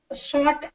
short